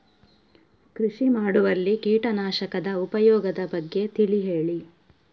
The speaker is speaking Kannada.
ಕೃಷಿ ಮಾಡುವಲ್ಲಿ ಕೀಟನಾಶಕದ ಉಪಯೋಗದ ಬಗ್ಗೆ ತಿಳಿ ಹೇಳಿ